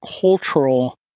cultural